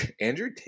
Andrew